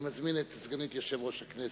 אני מזמין את סגנית יושב-ראש הכנסת,